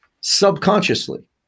subconsciously